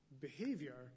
behavior